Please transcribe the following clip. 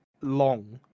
long